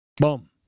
Boom